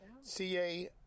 CA